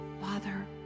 father